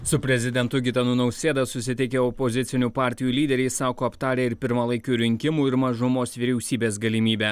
su prezidentu gitanu nausėda susitikę opozicinių partijų lyderiai sako aptarę ir pirmalaikių rinkimų ir mažumos vyriausybės galimybę